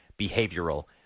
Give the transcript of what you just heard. behavioral